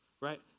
right